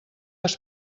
has